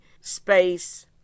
space